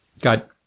got